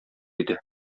иде